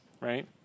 right